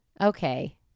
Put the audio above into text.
Okay